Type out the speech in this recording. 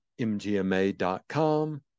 mgma.com